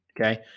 okay